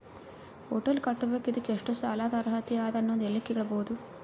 Hotel ಕಟ್ಟಬೇಕು ಇದಕ್ಕ ಎಷ್ಟ ಸಾಲಾದ ಅರ್ಹತಿ ಅದ ಅನ್ನೋದು ಎಲ್ಲಿ ಕೇಳಬಹುದು?